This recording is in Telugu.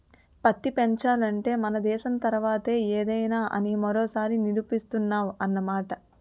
పత్తి పెంచాలంటే మన దేశం తర్వాతే ఏదైనా అని మరోసారి నిరూపిస్తున్నావ్ అన్నమాట